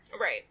Right